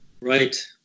Right